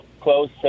close